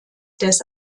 des